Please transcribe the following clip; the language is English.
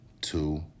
two